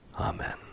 Amen